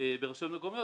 ברשויות מקומיות,